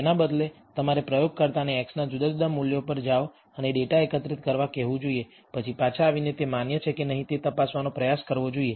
તેના બદલે તમારે પ્રયોગકર્તાને x ના જુદા જુદા મૂલ્યો પર જાઓ અને ડેટા એકત્રિત કરવા કહેવું જોઈએ પછી પાછા આવીને તે માન્ય છે કે નહીં તે તપાસવાનો પ્રયાસ કરવો જોઈએ